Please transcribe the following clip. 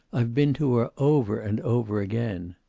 i've been to her over and over again.